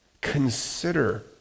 consider